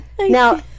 Now